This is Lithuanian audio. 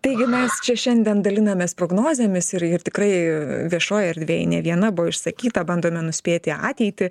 taigi mes čia šiandien dalinamės prognozėmis ir ir tikrai viešojoj erdvėj ne viena buvo išsakyta bandome nuspėti ateitį